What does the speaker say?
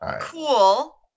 Cool